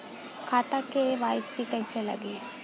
खाता में के.वाइ.सी कइसे लगी?